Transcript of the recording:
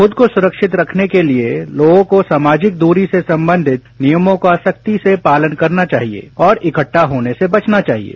खुद को सुरक्षित रखने के लिये लोगों को सामाजिक दूरी से सम्बन्धित नियमों को सख्ती से पालन करना चाहिये और इकट्ठा होने से बचना चाहिये